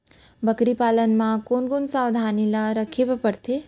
बकरी पालन म कोन कोन सावधानी ल रखे बर पढ़थे?